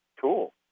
cool